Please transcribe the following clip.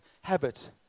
habit